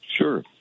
Sure